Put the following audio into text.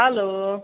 hello